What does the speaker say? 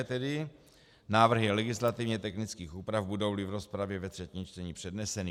2. návrhy legislativně technických úprav, budouli v rozpravě ve třetím čtení předneseny.